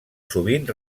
sovint